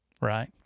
right